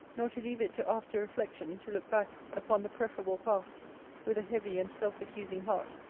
nor to leave it to after reflection to look back upon the preferable past with a heavy and self accusing heart,